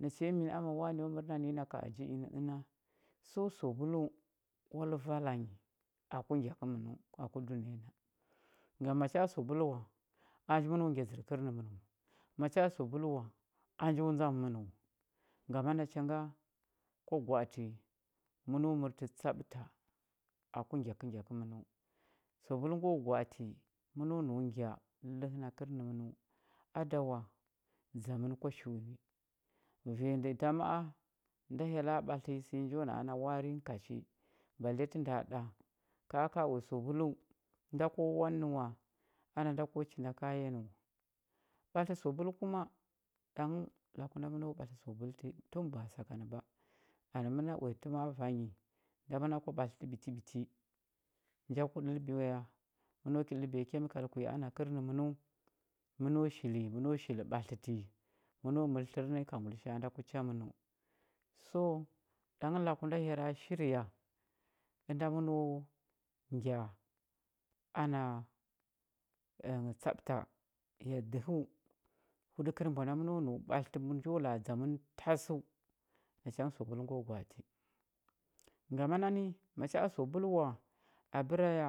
Nachaya minə ama wane mər na nənyi na ka ajin nyi inə əna so sabulu oial vala nyi aku ngya kəmən aku dunəya ngam macha sabul wa a njo nau ngya dzər kərnənəmən wa macha a sabul wa a njo ndzam mən wa ngama nacha nga kwa gwa atə məno mərtə tsaɓta aku ngyakəngya kəmənəu sabul ngo gwa atə məno nau ngya lələhə na kərnəmən a da wa dza mən kwa shi uni vanya ndə da ma a nda hyella ɓatlə nyi sənyi njo na ana warin kashi balle tə nda ɗa ka ka uya sabulu nda ko waɗə nə wa ana nda ko chinda kaya nə wa ɓatlə sabul kuma ɗang laku nda məno ɓatlə sabul ti tun ba sakan ba anə məna uya tə ma a vanyi nda məna kwa ɓatlətə ɓitiɓiti nja kwa ɗəlbiya məno ki ɗəlbiya chemical kunyi ana kərnəmənəu məno shili məno shili ɓatləti məno mər tlər nə ka ngulisha a nda ku cha mənəu so ɗang laku nda hyella shirya ənda məno ngya ana ənghəu tsaɓta ya dəhəu wuɗəkər mbanda məno nau ɓatləti njo la a dza mən tasəu nacha ngə sabul ngo gwa ati ngama nani macha sabul wa abəra ya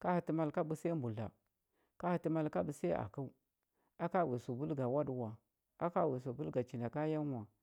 ka hətə mal ka ɓəsiya mbudla ka hətə mal ka ɓəsiya akəu aka uya sabul ga waɗə wa aka uya sabul ga chinda kaya nghə wa